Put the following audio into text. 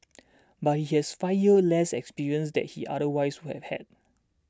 but he has five years less experience that he otherwise would had